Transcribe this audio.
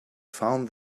found